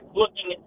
looking